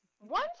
One